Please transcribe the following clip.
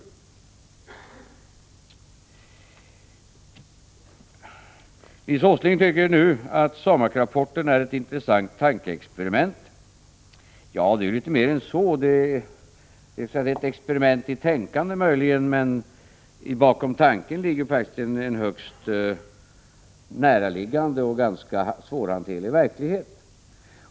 Nils Åsling tycker nu att SAMAK-rapporten är ett intressant tankeexperiment. Ja, den är litet mer än så. Möjligen är det ett experiment i tänkande, men bakom tanken ligger det faktiskt en högst näraliggande och ganska svårhanterlig verklighet.